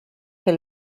que